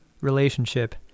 relationship